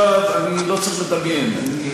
לא צריך לדמיין.